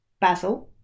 basil